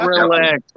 Relax